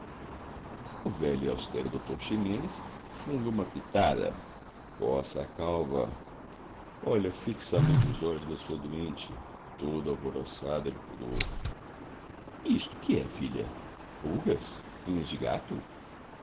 o velho e austero doutor ximenes funga uma pitada coça a calva olha fixamente os olhos da sua doente toda alvoroçada de pudor isto que é filha pulgas unhas de gato